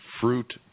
Fruit